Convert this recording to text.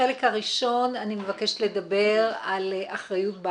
בחלק הראשון אנחנו נדון בנושא המשפטי